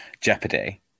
Jeopardy